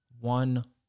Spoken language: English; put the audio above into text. one